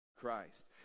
Christ